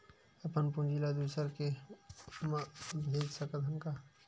अपन पूंजी ला दुसर के मा भेज सकत हन का?